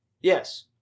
Yes